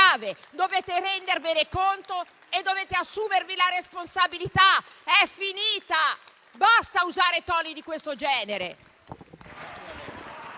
Dovete rendervene conto e dovete assumervi la responsabilità. È finita. Basta usare toni di questo genere.